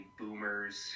boomers